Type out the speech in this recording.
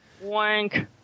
Wank